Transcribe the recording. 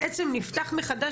בעצם נפתח מחדש,